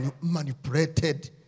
manipulated